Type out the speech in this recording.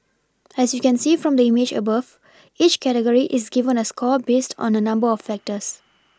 as you can see from the image above each category is given a score based on a number of factors